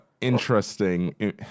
interesting